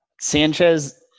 Sanchez